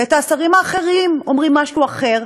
ואת השרים האחרים אומרים משהו אחר,